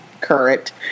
current